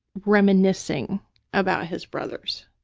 reminiscing about his brothers,